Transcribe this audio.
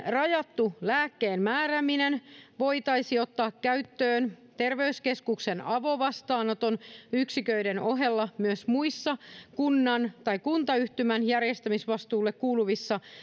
rajattu lääkkeenmäärääminen voitaisiin näin ottaa käyttöön terveyskeskuksen avovastaanoton yksiköiden ohella myös muissa kunnan tai kuntayhtymän järjestämisvastuulle kuuluvissa